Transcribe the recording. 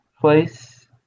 place